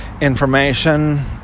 information